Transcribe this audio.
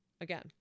again